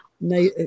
no